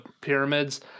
pyramids